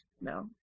No